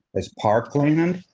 as parkland,